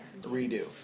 redo